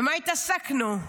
במה התעסקנו?